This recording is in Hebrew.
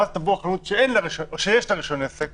ואז החנות שיש לה רישיון עסק